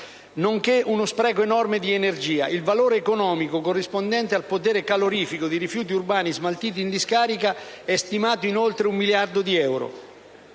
nonché uno spreco enorme di energia (il valore economico corrispondente al potere calorifico di rifiuti urbani smaltiti in discarica è stimato in oltre un miliardo di euro).